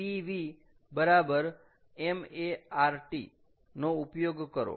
pv બરાબર ma R T નો ઉપયોગ કરો